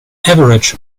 average